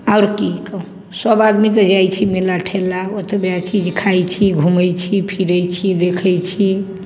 आओर की कहू सब आदमी तऽ जाइ छी मेलाठेला ओतबए चीज खाइ छी घुमै छी फिरै छी देखै छी